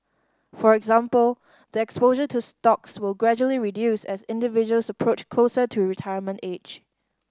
for example the exposure to stocks will gradually reduce as individuals approach closer to retirement age